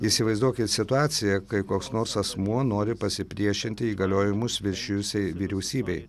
įsivaizduokit situaciją kai koks nors asmuo nori pasipriešinti įgaliojimus viršijusiai vyriausybei